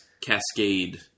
Cascade